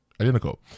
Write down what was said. identical